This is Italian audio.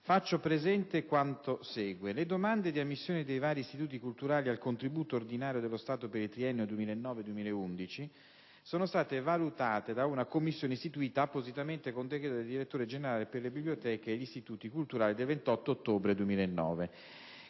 faccio presente quanto segue. Le domande di ammissione dei vari istituti culturali al contributo ordinario dello Stato per il triennio 2009-2011 sono state valutate da una commissione istituita appositamente con decreto del direttore generale per le biblioteche e gli istituti culturali del 28 ottobre 2009.